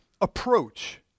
approach